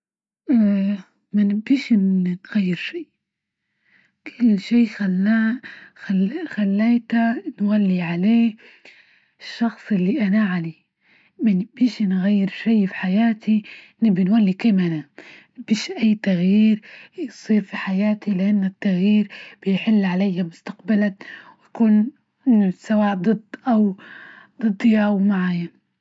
اه ما نبغيش نغير شي، كل شي خلاه خليته نولي عليه الشخص اللي أنا عليه، منبشي نغير شي في حياتي، نبغي نولي كيف ما أنا، مفش أي تغيير يصير في حياتي لأن التغيير بيحل علي مستقبلا وكن سواء ضد أو ضدي أو معاي.